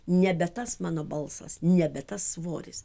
nebe tas mano balsas nebe tas svoris